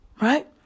right